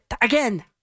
again